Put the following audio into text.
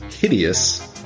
hideous